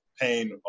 pain